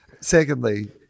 secondly